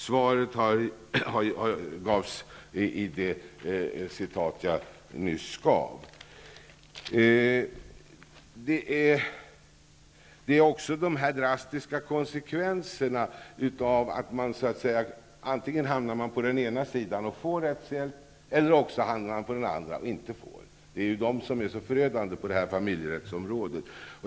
Svaret gavs i det referat som jag nyss gjorde. Det blir drastiska konsekvenser av att man antingen hamnar på den ena sidan och får rättshjälp eller hamnar på den andra och inte får rättshjälp. Det är det som är så förödande på familjerättsområdet.